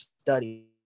study